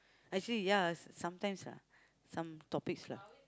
actually ya sometimes lah some topics lah